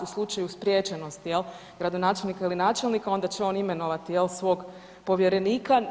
U slučaju spriječenosti jel, gradonačelnika ili načelnika onda će on imenovati jel, svog povjerenika.